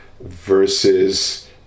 versus